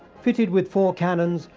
fitted with four canons,